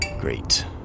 Great